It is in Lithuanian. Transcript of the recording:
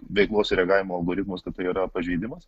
veiklos ir reagavimo algoritmus kad tai yra pažeidimas